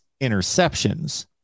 interceptions